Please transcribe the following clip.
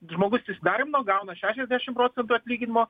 žmogus įsidarbino gauna šešiasdešim procentų atlyginimo